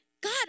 God